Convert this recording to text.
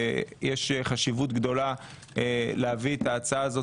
יש חשיבות גדולה להביא את ההצעה הזו